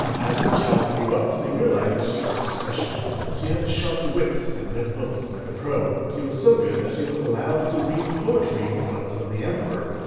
as the child grew up, they realized that she was special. she had a sharp wit and read books like a pro. she was so good that she was allowed to read poetry in front of the emperor.